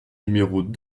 numéros